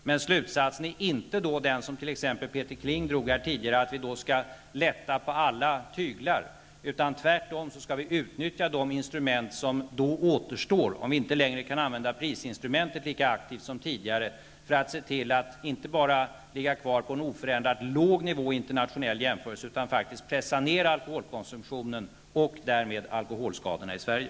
Min slutsats blir inte den, som t.ex. Peter Kling framförde här tidigare, att vi då skall lätta på alla tyglar. Tvärtom skall vi utnyttja de instrument som återstår -- om vi då inte kan använda prisinstrumentet lika aktivt som tidigare -- för att se till att vi inte bara ligger kvar på en oförändrat låg nivå internationellt sett utan faktiskt pressar ned alkoholkonsumtionen och därmed alkoholskadorna i Sverige.